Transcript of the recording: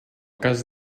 cas